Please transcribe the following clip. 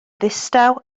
ddistaw